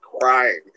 crying